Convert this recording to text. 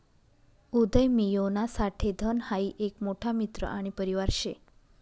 उदयमियोना साठे धन हाई एक मोठा मित्र आणि परिवार शे